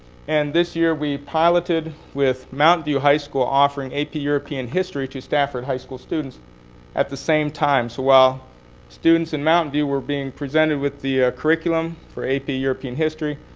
and this year we piloted with mountain view high school offering ap european history to stafford high school students at the same time. so while students in mountain view were being presented with the curriculum for ap ah european history,